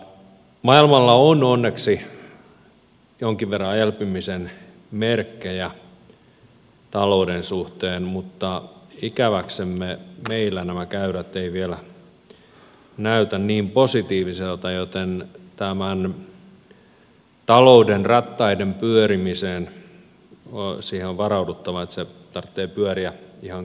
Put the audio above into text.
maailmalla on onneksi jonkin verran elpymisen merkkejä talouden suhteen mutta ikäväksemme meillä nämä käyrät eivät vielä näytä niin positiivisilta joten on varauduttava siihen että talouden rattaiden tarvitsee pyöriä ihan kotitekoisin voimin